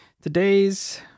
Today's